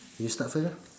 you start first lah